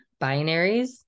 binaries